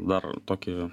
dar tokį